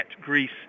Greece